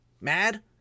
mad